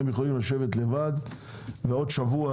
הם יכולים לשבת לבד ובעוד שבוע